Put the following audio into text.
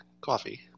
coffee